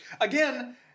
again